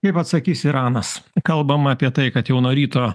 kaip atsakys iranas kalbama apie tai kad jau nuo ryto